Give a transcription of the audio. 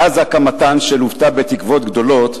מאז הקמתן, שלוותה בתקוות גדולות,